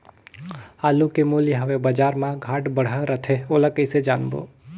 आलू के मूल्य हवे बजार मा घाट बढ़ा रथे ओला कइसे जानबो?